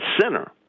center